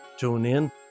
TuneIn